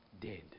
dead